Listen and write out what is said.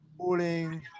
Pulling